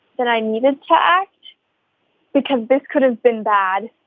that i needed to ah act because this could have been bad.